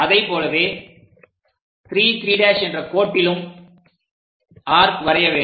அதைப் போலவே 3 3' என்ற கோட்டிலும் ஆர்க் வரைய வேண்டும்